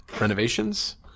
renovations